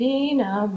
Dina